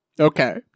Okay